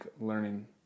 learning